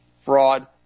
fraud